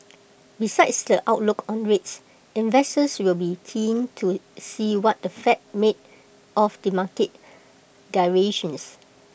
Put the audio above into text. besides the outlook on rates investors will be keen to see what the fed made of the market gyrations